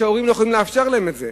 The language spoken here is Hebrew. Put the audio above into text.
כי ההורים לא יכולים לאפשר להם את זה.